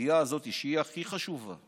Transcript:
הסוגיה הזאת, שהיא הכי חשובה,